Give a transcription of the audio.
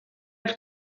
els